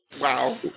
wow